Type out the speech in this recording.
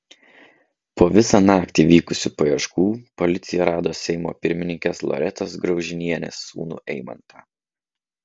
po visą naktį vykusių paieškų policija rado seimo pirmininkės loretos graužinienės sūnų eimantą